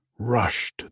rushed